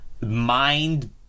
mind